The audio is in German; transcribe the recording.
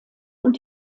und